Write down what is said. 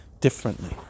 differently